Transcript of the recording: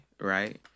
right